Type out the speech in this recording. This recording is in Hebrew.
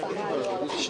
יש לי